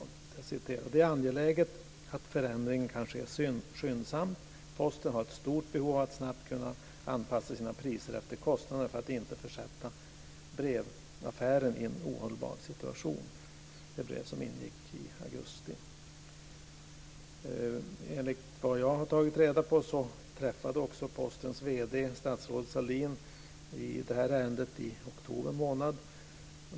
De skriver att det är angeläget att förändringen kan ske skyndsamt. Posten har ett stort behov av att snabbt kunna anpassa sina priser efter kostnaderna för att inte försätta brevaffären i en ohållbar situation. Detta brev inkom i augusti. Enligt vad jag har tagit reda på träffade också Postens vd statsrådet Sahlin i det här ärendet i oktober månad.